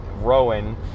Rowan